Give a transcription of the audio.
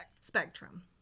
Spectrum